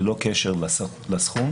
ללא קשר לסכום,